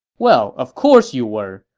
well, of course you were.